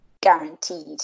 guaranteed